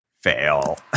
Fail